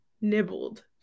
Nibbled